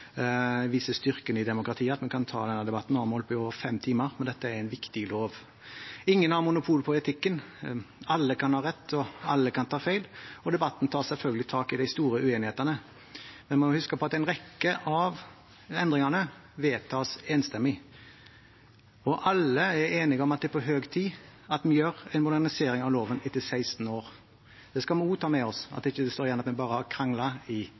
viser styrken i demokratiet, at vi kan ta debatten – nå har vi holdt på i over fem timer – og dette er en viktig lov. Ingen har monopol i politikken. Alle kan ha rett, og alle kan ta feil, og debatten tar selvfølgelig tak i de store uenighetene. Men vi må huske på at en rekke av endringene vedtas enstemmig, og alle er enige om at det er på høy tid at en foretar en modernisering av loven etter 16 år. Det skal vi også ta med oss, så det ikke står igjen at en bare har kranglet i